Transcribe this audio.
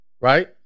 right